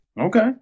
Okay